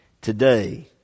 today